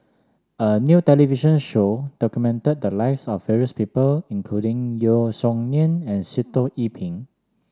a new television show documented the lives of various people including Yeo Song Nian and Sitoh Yih Pin